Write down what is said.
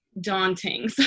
daunting